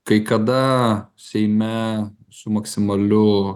kai kada seime su maksimaliu